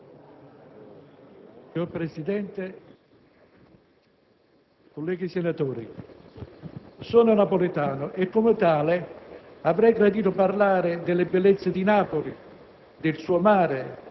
Signor Presidente, colleghi senatori, sono napoletano e, come tale, avrei gradito parlare delle bellezze di Napoli,